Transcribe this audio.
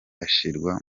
ashyirwa